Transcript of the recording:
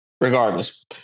regardless